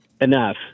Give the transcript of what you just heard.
enough